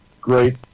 great